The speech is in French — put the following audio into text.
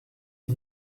que